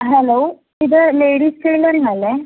hello ഇത് ladies ടെയ്ലറിംഗല്ലേ